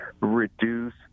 reduce